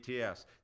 ATS